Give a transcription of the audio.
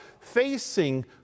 facing